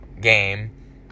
game